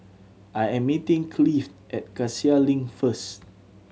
I am meeting Cleave at Cassia Link first